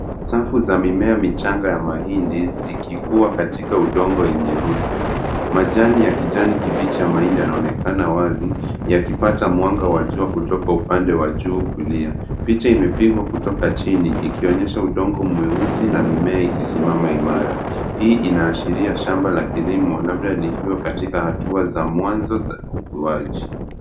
Safu za mimea michanga ya mahindi zimechipua kwenye udongo wenye rutuba. Majani yake ya kijani kibichi yanaonekana wazi yakipata mwanga wa jua kutoka upande wa juu kulia. Picha imepigwa kutoka chini, ikionyesha udongo mweusi na mimea ikisimama imara. Hii inaashiria shamba likiwa katika hatua za mwanzo za ukuaji.